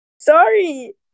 Sorry